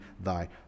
thy